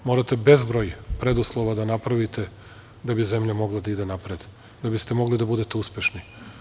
Morate bezbroj preduslova da napravite da bi zemlja mogla da ide napred, da biste mogli da budete uspešni.